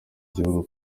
gihugu